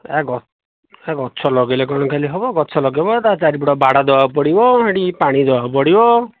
ଗଛ ଲଗାଇଲେ କ'ଣ ଖାଲି ହେବ ଗଛ ଲଗାଇବ ତା ଚାରିପଟେ ବାଡ଼ ଦେବାକୁ ପଡ଼ିବ ଏଠିକି ପାଣି ଦେବାକୁ ପଡ଼ିବ